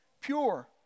pure